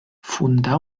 fundà